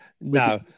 No